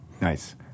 Nice